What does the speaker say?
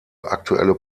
aktuelle